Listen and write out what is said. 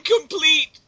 Incomplete